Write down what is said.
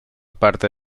parte